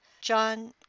john